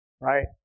Right